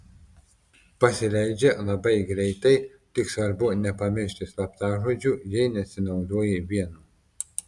pasileidžia labai greitai tik svarbu nepamiršti slaptažodžių jei nesinaudoji vienu